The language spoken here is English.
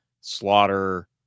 Slaughter